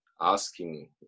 asking